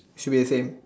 should be the same